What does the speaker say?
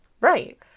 Right